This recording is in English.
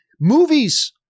movies